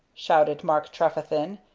shouted mark trefethen,